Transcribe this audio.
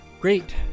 great